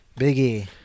Biggie